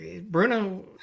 Bruno